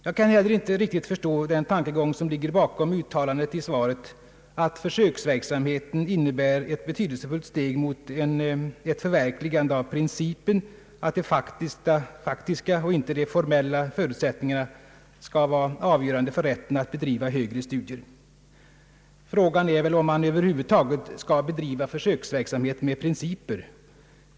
Jag kan heller inte riktigt förstå den tankegång som ligger bakom uttalandet i svaret, att försöksverksamheten innebär »ett betydelsefullt steg mot ett förverkligande av principen att de faktiska och inte de formella förutsättningarna skall vara avgörande för rätten att bedriva högre studier». Frågan är väl om man över huvud taget skall bedriva försöksverksamhet med principer.